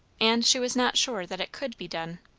and she was not sure that it could be done.